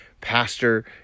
pastor